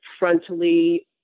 frontally